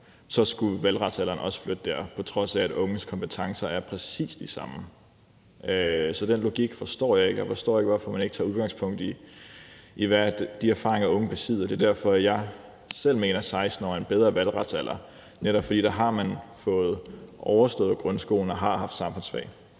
33, skulle valgretsalderen også flyttes dertil, på trods af at unges kompetencer er præcis de samme. Så den logik forstår jeg ikke. Jeg forstår ikke, hvorfor man ikke tager udgangspunkt i de erfaringer, unge besidder. Det er derfor, jeg selv mener, at 16 år er en bedre valgretsalder, netop fordi der har man fået overstået grundskolen og har haft samfundsfag.